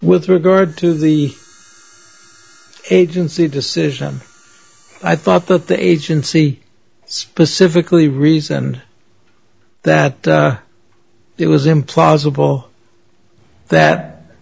with regard to the agency decision i thought that the agency specifically reasoned that it was implausible that